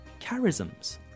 charisms